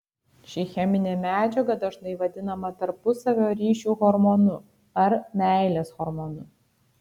ši cheminė medžiaga dažnai vadinama tarpusavio ryšių hormonu ar meilės hormonu